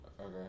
Okay